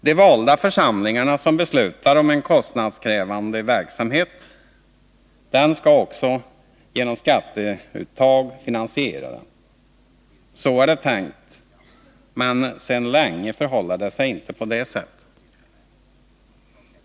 Den valda församling som beslutar om en kostnadskrävande 7 maj 1981 verksamhet skall också genom skatteuttag finansiera den. Så är det tänkt, men sedan länge förhåller det sig inte på det sättet.